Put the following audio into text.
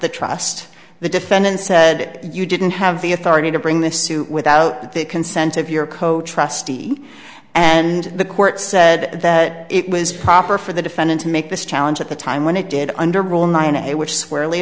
the trust the defendant said you didn't have the authority to bring this suit without the consent of your code trustee and the court said that it was proper for the defendant to make this challenge at the time when it did under rule nine a which squarely